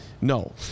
No